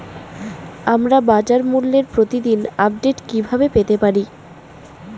আমরা বাজারমূল্যের প্রতিদিন আপডেট কিভাবে পেতে পারি?